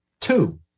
Two